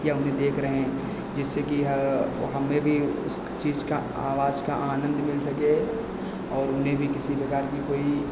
या उन्हें देख रहे हैं जिससे कि हमें भी उस चीज़ की आवाज़ का आनंद मिल सके और उन्हें भी किसी प्रकार की कोई